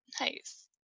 nice